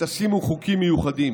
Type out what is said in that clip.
ותשימו חוקים מיוחדים,